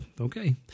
Okay